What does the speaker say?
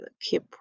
keep